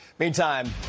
Meantime